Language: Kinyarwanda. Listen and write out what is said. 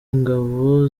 ingabo